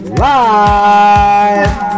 live